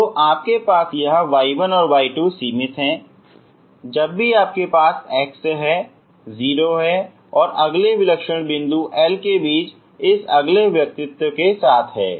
तो आपके पास यह y1 और y2 सीमित हैं जब भी आपके पास x है 0 और अगले विलक्षण बिंदु L के बीच इस अगले व्यक्तित्व के साथ है